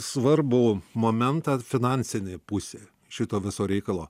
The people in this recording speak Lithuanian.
svarbų momentą finansinė pusė šito viso reikalo